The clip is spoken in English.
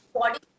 Body